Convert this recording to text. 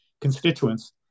constituents